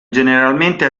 generalmente